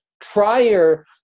prior